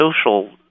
social